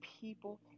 people